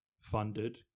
funded